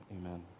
amen